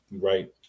right